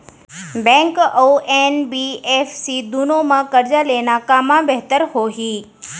Bank अऊ NBFC दूनो मा करजा लेना कामा बेहतर होही?